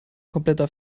kompletter